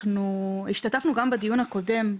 השתתפנו גם בדיון הקודם,